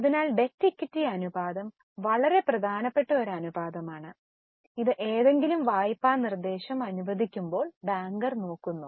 അതിനാൽ debt equity അനുപാതം വളരെ പ്രധാനപ്പെട്ട ഒരു അനുപാതമാണ് ഇത് ഏതെങ്കിലും വായ്പാ നിർദ്ദേശം അനുവദിക്കുമ്പോൾ ബാങ്കർ നോക്കുന്നു